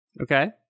Okay